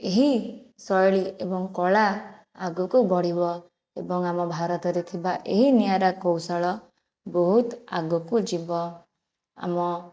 ଏହି ଶୈଳୀ ଏବଂ କଳା ଆଗକୁ ବଢ଼ିବ ଏବଂ ଆମ ଭାରତରେ ଥିବା ଏହି ନିଆରା କୌଶଳ ବହୁତ ଆଗକୁ ଯିବ ଆମ